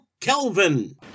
Kelvin